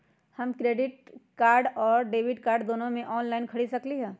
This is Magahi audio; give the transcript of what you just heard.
क्रेडिट कार्ड और डेबिट कार्ड दोनों से ऑनलाइन खरीद सकली ह?